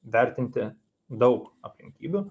vertinti daug aplinkybių